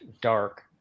dark